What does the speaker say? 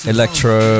Electro